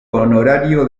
honorario